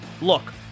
Look